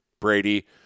Brady